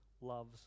loves